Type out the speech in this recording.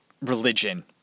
religion